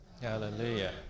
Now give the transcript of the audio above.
Hallelujah